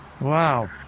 Wow